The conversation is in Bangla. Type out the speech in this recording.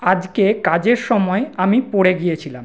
আজকে কাজের সময়ে আমি পড়ে গিয়েছিলাম